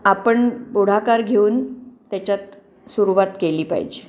आपण पुढाकार घेऊन त्याच्यात सुरुवात केली पाहिजे